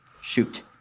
shoot